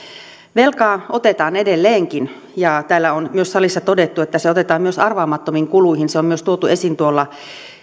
velkaa otetaan edelleenkin ja täällä on myös salissa todettu että sitä otetaan myös arvaamattomiin kuluihin se on myös tuotu esiin tuolla